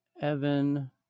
Evan